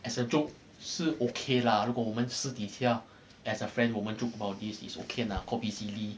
as a joke 是 okay lah 如果我们私底下 as a friend 我们 joke about this called busy lee